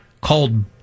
called